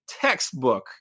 textbook